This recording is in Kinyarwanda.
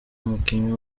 umukinnyi